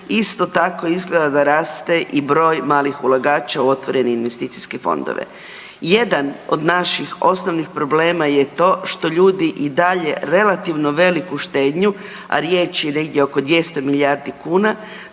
isto tako izgleda da raste i broj malih ulagača u otvorene investicijske fondove. Jedan od naših osnovnih problema je to što ljudi i dalje relativno veliku štednju, a riječ je negdje oko 200 milijardi kuna